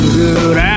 good